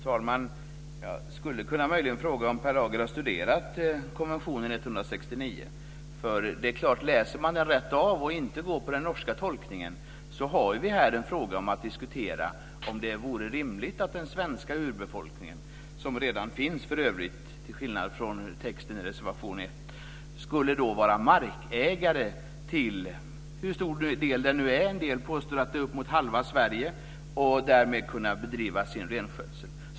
Fru talman! Jag skulle möjligen kunna fråga om Per Lager har studerat konvention 169. Om man läser den rakt av och inte går efter den norska tolkningen så kan man diskutera om det vore rimligt att den svenska urbefolkningen, som för övrigt redan finns till skillnad från vad som framgår i reservation 1, skulle vara markägare till nästan halva Sverige, vilket en del påstår, och därmed kunna bedriva sin renskötsel.